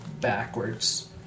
backwards